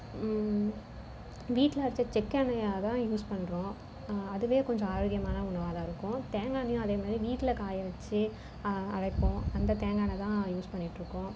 வீட்டில அரைச்ச செக்கு எண்ணெயாக தான் யூஸ் பண்ணுறோம் அதுவே கொஞ்சம் ஆரோக்கியமான உணவாக தான் இருக்கும் தேங்காய் எண்ணெயும் அதேமாதிரி வீட்டில் காய வச்சு அரைப்போம் அந்த தேங்காண்ணய் தான் யூஸ் பண்ணிட்டு இருக்கோம்